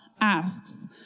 asks